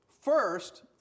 First